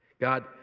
God